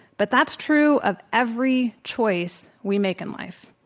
but that's true of every choice we make in life.